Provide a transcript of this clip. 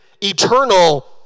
eternal